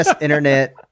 internet